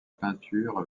peinture